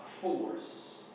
force